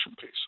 piece